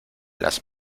las